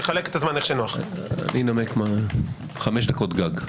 חמש דקות גג אנמק.